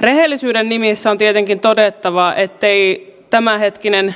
rehellisyyden nimissä on tietenkin todettava ettei tämänhetkinen